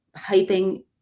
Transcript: hyping